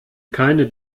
keine